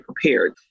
prepared